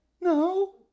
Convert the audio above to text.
No